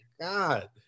god